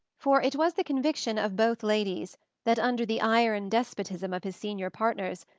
for it was the conviction of both ladies that, under the iron despotism of his senior partners,